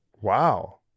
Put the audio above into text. Wow